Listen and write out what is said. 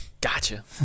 Gotcha